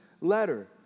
letter